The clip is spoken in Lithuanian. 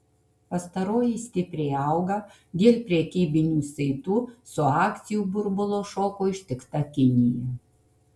pastaroji stipriai auga dėl prekybinių saitų su akcijų burbulo šoko ištikta kinija